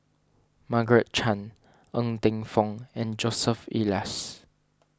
Margaret Chan Ng Teng Fong and Joseph Elias